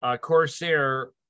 Corsair